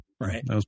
Right